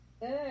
Good